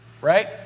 right